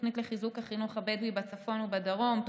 תוכנית לחיזוק החינוך הבדואי בצפון ובדרום,